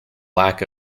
lack